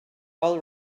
all